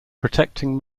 protecting